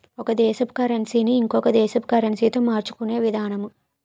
ఒక దేశపు కరన్సీ ని ఇంకొక దేశపు కరెన్సీతో మార్చుకునే విధానము